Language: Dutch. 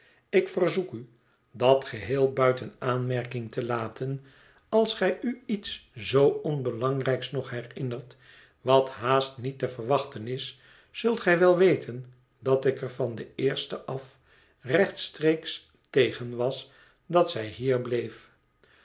ik verzoek u dat geheel buiten aanmerking te laten als gij u iets zoo onbelangrijks nog herinnert wat haast niet te verwachten is zult gij wel weten dat ik er van den eersten af rechtstreeks tegen was dat zij hier bleef